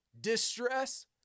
distress